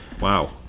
Wow